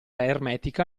ermetica